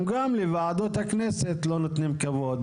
הם גם לוועדות הכנסת לא נותנים כבוד.